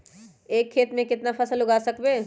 एक खेत मे केतना फसल उगाय सकबै?